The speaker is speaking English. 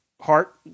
Heart